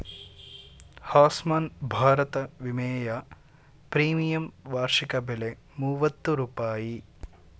ಆಸ್ಮಾನ್ ಭಾರತ ವಿಮೆಯ ಪ್ರೀಮಿಯಂ ವಾರ್ಷಿಕ ಬೆಲೆ ಮೂವತ್ತು ರೂಪಾಯಿ